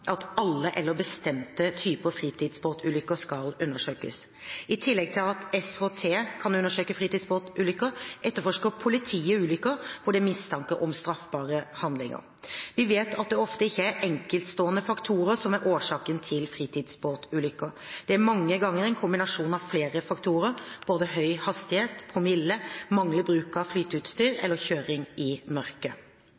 at alle, eller bestemte typer fritidsbåtulykker, skal undersøkes. I tillegg til at SHT kan undersøke fritidsbåtulykker, etterforsker politiet ulykker hvor det er mistanke om straffbare handlinger. Vi vet at det ofte ikke er enkeltstående faktorer som er årsaken til fritidsbåtulykker. Det er mange ganger en kombinasjon av flere faktorer: for høy hastighet, promille, manglende bruk av flyteutstyr